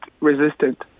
resistant